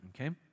okay